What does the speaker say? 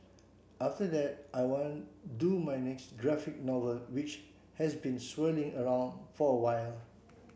after that I want do my next graphic novel which has been swirling around for a while